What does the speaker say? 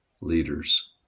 leaders